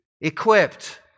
equipped